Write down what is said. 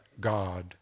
God